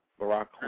Barack